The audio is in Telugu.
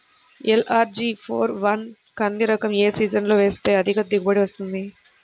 ఎల్.అర్.జి ఫోర్ వన్ కంది రకం ఏ సీజన్లో వేస్తె అధిక దిగుబడి వస్తుంది?